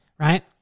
Right